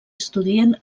estudien